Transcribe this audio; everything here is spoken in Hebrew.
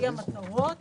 המטרות